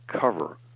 cover